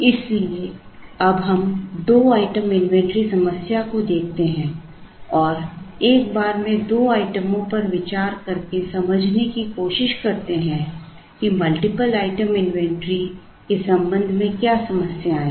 इसलिए अब हम दो आइटम इन्वेंट्री समस्या को देखते हैं और एक बार में दो आइटमों पर विचार करके समझने की कोशिश करते हैं कि मल्टीपल आइटम इन्वेंटरी के संबंध में क्या समस्याएं हैं